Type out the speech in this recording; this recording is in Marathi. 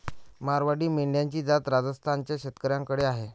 मारवाडी मेंढ्यांची जात राजस्थान च्या शेतकऱ्याकडे आहे